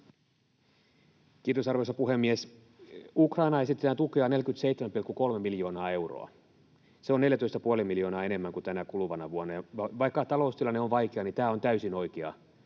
Kiitos, arvoisa puhemies! Ukrainaan esitetään tukea 47,3 miljoonaa euroa. Se on 14 ja puoli miljoonaa enemmän kuin tänä kuluvana vuonna, ja vaikka taloustilanne on vaikea, tämä on täysin oikea